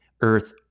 earth